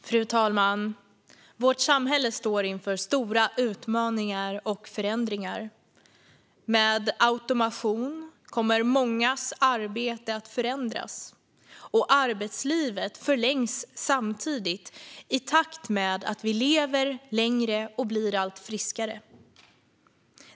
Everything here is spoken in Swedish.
Fru talman! Vårt samhälle står inför stora utmaningar och förändringar. Med automation kommer mångas arbete att förändras, och arbetslivet förlängs samtidigt i takt med att vi lever längre och blir allt friskare.